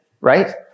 right